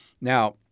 Now